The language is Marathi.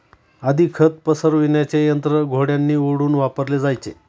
आधी खत पसरविण्याचे यंत्र घोड्यांनी ओढून वापरले जायचे